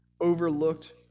overlooked